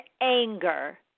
anger